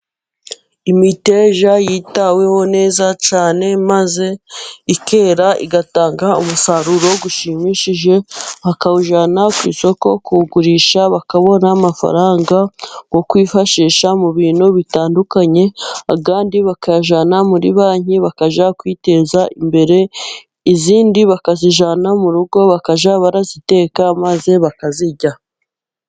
Imiteja yitaweho neza cyane, maze ikera igatanga umusaruro ushimishije, bakawujyana ku isoko kuwugurisha bakabona amafaranga yo kwifashisha mu bintu bitandukanye, andi bakayajyana muri banki, bakajya kwiteza imbere. Indi bakazijyana mu rugo bakajya barayiteka maze bakayirya.